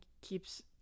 keeps